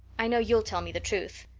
i know you'll tell me the truth.